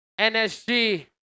NSG